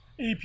AP